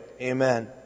Amen